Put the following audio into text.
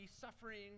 suffering